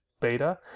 beta